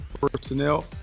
personnel